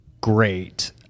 great